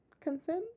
consent